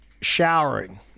Showering